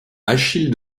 achille